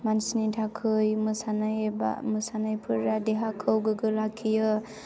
मानसिनि थाखाय मोसानाय एबा मोसानायफोरा देहाखौ गोग्गो लाखियो